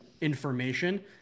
information